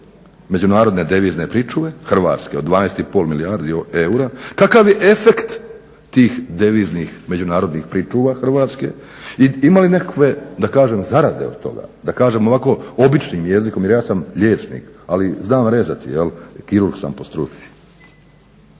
međunarodne devizne pričuve, hrvatske, od 12,5 milijardi eura, kakav je efekt tih deviznih međunarodnih pričuva Hrvatske i ima li nekakve da kažem zarade od toga? Da kažem ovako običnim jezikom jer ja sam liječnik, ali znam rezati, kirurg sam po struci.